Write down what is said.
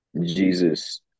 Jesus